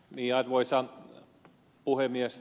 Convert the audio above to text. arvoisa puhemies